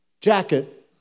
jacket